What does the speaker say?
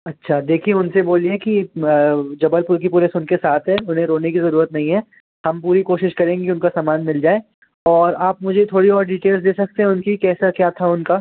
अच्छा देखिए उनसे बोलिए कि जबलपुर की पुलिस उनके साथ है उन्हें रोने की ज़रूरत नहीं है हम पूरी कोशिश करेंगे उनका सामान मिल जाए और आप मुझे थोड़ी और डीटेल्स दे सकते हैं उनकी कैसा क्या था उनका